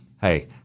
Hey